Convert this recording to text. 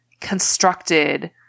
constructed